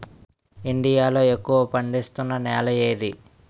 India లో ఎక్కువ పండిస్తున్నా నేల ఏది?